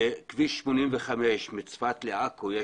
כביש 85 מצפת לעכו,